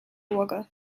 wagga